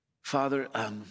Father